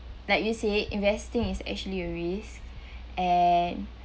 like you say investing is actually a risk and